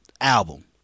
album